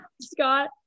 Scott